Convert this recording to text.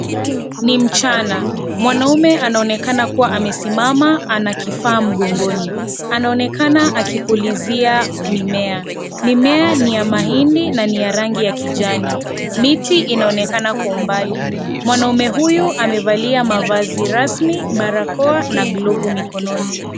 Ni mchana mwanaume anaonekana kuwa amesimama anakifaa mgongoni, anaonekana akipulizia mimmea, mimmea ni ya mahindi na ni ya rangi ya kijani, miti inaonekana kwa umbali, mwanaume huyu amevalia mavazi rasmi barakoa na glovu mkononi.